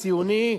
ציוני,